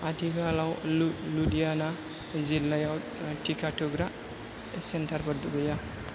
आथिखालाव लु लुधियाना जिल्लायाव टिका थुग्रा सेन्टारफोर गैया